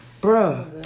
bro